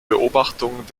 beobachtung